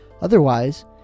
Otherwise